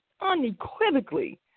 unequivocally